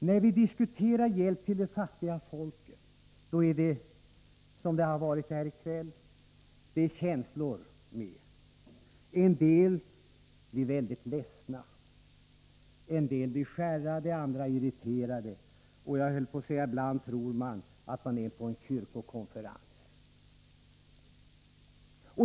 När vi diskuterar hjälpen till de fattiga folken är det, som det har varit här i kväll, känslor med. En del blir väldigt ledsna, en del blir uppskärrade, andra irriterade. Ibland tror man att man är på en kyrkokonferens!